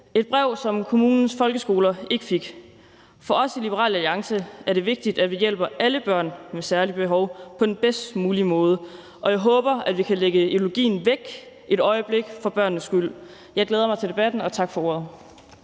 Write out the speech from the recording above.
et brev, som kommunens folkeskoler ikke fik. For os i Liberal Alliance er det vigtigt, at vi hjælper alle børn med særlige behov på den bedst mulige måde, og jeg håber, at vi kan lægge ideologien væk et øjeblik for børnenes skyld. Jeg glæder mig til debatten, og tak for ordet.